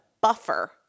buffer